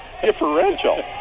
differential